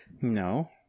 No